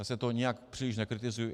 Já to nijak příliš nekritizuji.